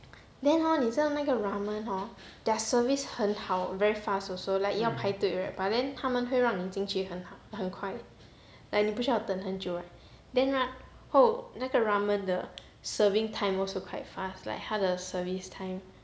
then hor 你知道那个 ramen hor their service 很好 very fast also like 要排队 right but then 他们会让你进去很快 like 你不需要等很久 right then 然后那个 ramen 的 serving time also quite fast like 他的 service time